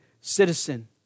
citizen